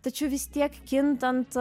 tačiau vis tiek kintant